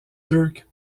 dirk